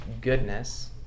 goodness